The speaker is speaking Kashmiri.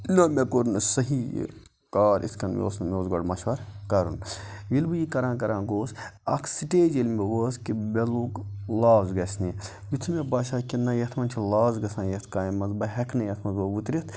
نہ مےٚ کوٚر نہٕ صحیح یہِ کار یِتھ کَنۍ مےٚ اوس نہٕ مےٚ اوس گۄڈٕ مَشوَرٕ کَرُن ییٚلہِ بہٕ یہِ کَران کَران گوس اَکھ سٹیج ییٚلہِ مےٚ وٲژ کہِ مےٚ لوٚگ لاس گژھنہِ یُتھُے مےٚ باسیٛوو کہِ نہ یَتھ منٛز چھِ لاس گژھان یَتھ کامہِ منٛز بہٕ ہٮ۪کہٕ نہٕ یَتھ منٛز وٕ وٕتھرِتھ